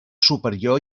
superior